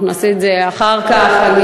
אנחנו נעשה את זה אחר כך.